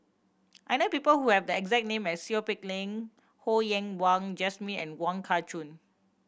I know people who have the exact name as Seow Peck Leng Ho Yen Wah Jesmine and Wong Kah Chun